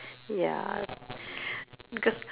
ya because